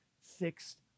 fixed